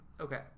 Okay